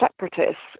separatists